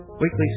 Weekly